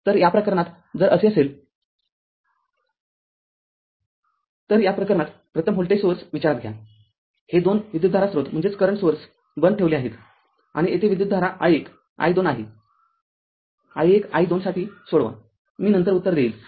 तर या प्रकरणात जर असे असेल तरया प्रकरणात प्रथम व्होल्टेज स्रोत विचारात घ्या हे २ विद्युतधारा स्रोत बंद ठेवले आहेत आणि येथे विद्युतधारा i१ i२ आहे i१ i२ साठी सोडवा मी नंतर उत्तर देईल